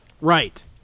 Right